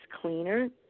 cleaner